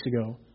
ago